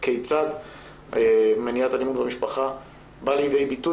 וכיצד מניעת אלימות במשפחה באה לידי ביטוי